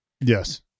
Yes